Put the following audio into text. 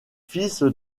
fils